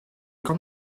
kan